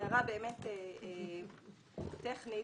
הערה טכנית.